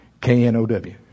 K-N-O-W